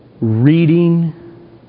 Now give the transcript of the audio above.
reading